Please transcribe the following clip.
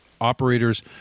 operators